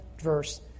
verse